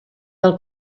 del